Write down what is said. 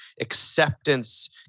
Acceptance